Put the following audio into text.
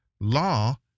Law